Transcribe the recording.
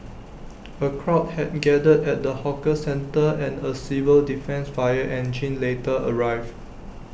A crowd had gathered at the hawker centre and A civil defence fire engine later arrived